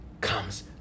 comes